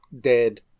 dead